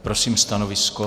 Prosím stanovisko.